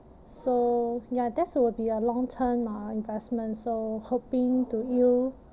so ya that's will be a long term uh investment so hoping to yield